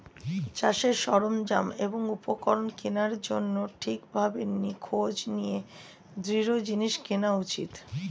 চাষের সরঞ্জাম এবং উপকরণ কেনার জন্যে ঠিক ভাবে খোঁজ নিয়ে দৃঢ় জিনিস কেনা উচিত